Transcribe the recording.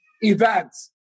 events